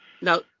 Now